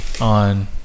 on